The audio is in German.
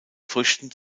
früchten